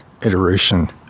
iteration